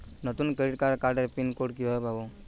নতুন ক্রেডিট কার্ডের pin code কিভাবে পাব?